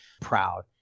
proud